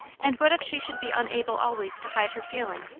and what if she should be unable always to hide her feeling,